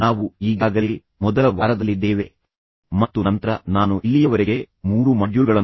ನಾವು ಈಗಾಗಲೇ ಮೊದಲ ವಾರದಲ್ಲಿದ್ದೇವೆ ಮತ್ತು ನಂತರ ನಾನು ಇಲ್ಲಿಯವರೆಗೆ ಮೂರು ಮಾಡ್ಯೂಲ್ಗಳನ್ನು ಮಾಡಿದ್ದೇನೆ